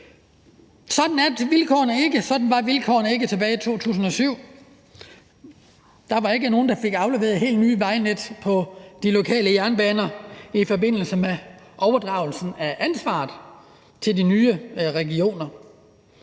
til de lokale jernbaner; der var ikke nogen, der fik afleveret helt nye skinnenet på de lokale jernbaner i forbindelse med overdragelsen af ansvaret til de nye regioner.